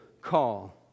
call